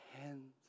hands